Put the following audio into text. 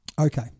Okay